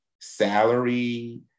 salary